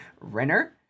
Renner